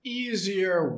easier